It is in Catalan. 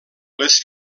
les